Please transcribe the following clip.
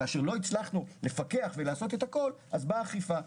כאשר לא הצלחנו לפקח ולעשות את הכול אז באה האכיפה,